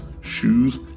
shoes